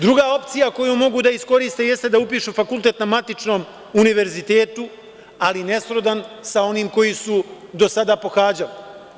Druga opcija koju mogu da iskoriste jeste da upišu fakultet na matičnom univerzitetu, ali ne srodan sa onim koji su do sada pohađali.